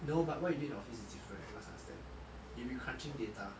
no but what you did in the office is different you must understand you'll be crunching data